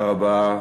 תודה רבה.